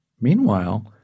Meanwhile